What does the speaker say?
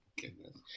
goodness